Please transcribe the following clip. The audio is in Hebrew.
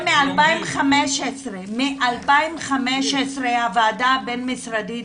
אתם מ-2015, הוועדה הבין-משרדית